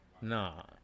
No